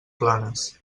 planes